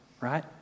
right